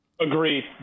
Agreed